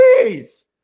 please